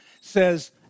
says